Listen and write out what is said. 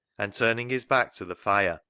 and turn ing his back to the fire,